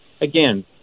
again